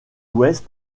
ouest